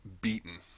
beaten